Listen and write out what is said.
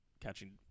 catching